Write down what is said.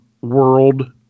world